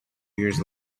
years